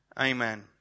Amen